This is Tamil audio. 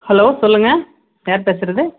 ஹலோ சொல்லுங்கள் யார் பேசுறது